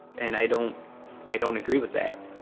and i don't i don't agree with that.